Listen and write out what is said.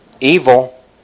evil